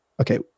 okay